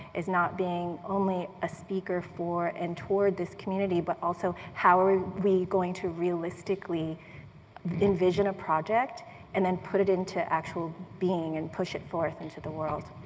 is not being only a speaker for and toward this community, but also how are we we going to realistically envision a project and then put it into actual being, and push it forth into the world.